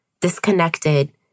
disconnected